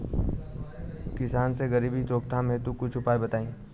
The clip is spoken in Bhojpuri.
किसान के गरीबी रोकथाम हेतु कुछ उपाय बताई?